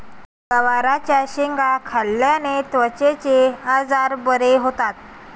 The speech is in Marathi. गवारच्या शेंगा खाल्ल्याने त्वचेचे आजार बरे होतात